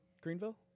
Greenville